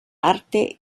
arte